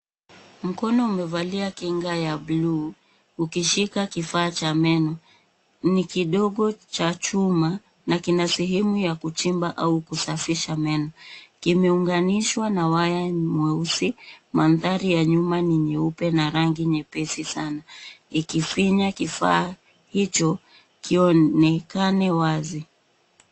Mkono umevalia kinga ya bluu, ukishika kifaa cha meno. Ni kidogo cha chuma na kina sehemu ya kuchimba au kusafisha meno. Kimeunganishwa na waya nyeusi. Mandhari ya nyuma ni nyeupe na rangi nyepesi sana. Ikifinya kifaa hicho kionekane wazi.